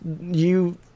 you-